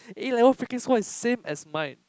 A level freaking score is same as mine